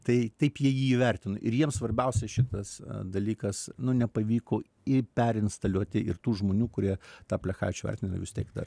tai taip jie jį įvertino ir jiems svarbiausia šitas dalykas nu nepavyko perinstaliuoti ir tų žmonių kurie tą plechavičių atmena vistiek dar